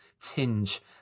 tinge